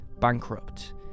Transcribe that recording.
bankrupt